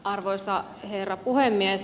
arvoisa herra puhemies